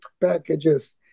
packages